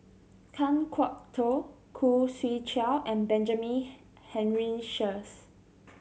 Kan Kwok Toh Khoo Swee Chiow and Benjamin Henry Sheares